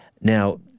now